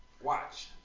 Watch